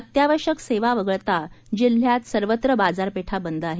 अत्यावश्यक सेवा वगळता जिल्ह्यात सर्वत्र बाजारपेठा बंद आहेत